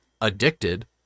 addicted